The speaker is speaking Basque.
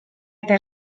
eta